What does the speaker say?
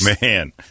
Man